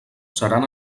seran